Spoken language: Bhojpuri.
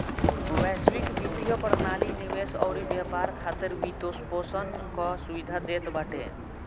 वैश्विक वित्तीय प्रणाली निवेश अउरी व्यापार खातिर वित्तपोषण कअ सुविधा देत बाटे